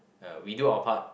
uh we do our part